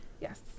yes